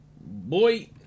boy